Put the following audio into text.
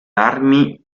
armi